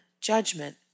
judgment